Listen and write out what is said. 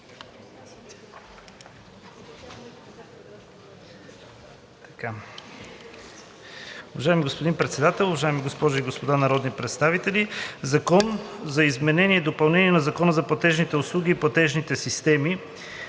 Уважаеми господин Председател, уважаеми госпожи и господа народни представители! „ЗАКОН за изменение и допълнение на Закона за платежните услуги и платежните системи